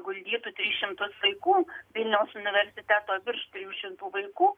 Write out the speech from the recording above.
guldytų tris šimtus vaikų vilniaus universiteto virš trijų šimtų vaikų